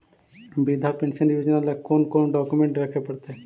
वृद्धा पेंसन योजना ल कोन कोन डाउकमेंट रखे पड़तै?